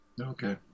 Okay